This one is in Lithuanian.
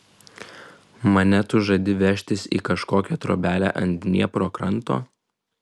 mane tu žadi vežtis į kažkokią trobelę ant dniepro kranto